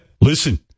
listen